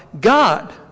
God